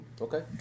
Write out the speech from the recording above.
Okay